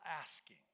asking